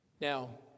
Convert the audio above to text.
Now